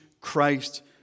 Christ